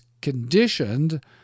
conditioned